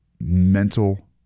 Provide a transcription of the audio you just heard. mental